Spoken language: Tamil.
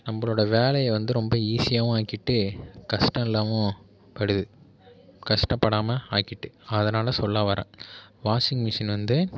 நம்பளோடய வேலையை வந்து ரொம்ப ஈஸியாகவும் ஆக்கிட்டு கஷ்டம் இல்லாமவும் படுது கஷ்டப்படாமல் ஆக்கிட்டு அதனால் சொல்ல வரேன் வாஷிங் மிஷின் வந்து